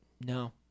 No